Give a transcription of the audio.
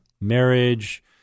Marriage